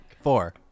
Four